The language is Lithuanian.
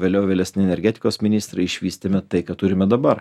vėliau vėlesni energetikos ministrai išvystėme tai kad turime dabar